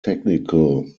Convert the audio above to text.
technical